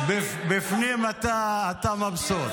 -- שבפנים אתה מבסוט.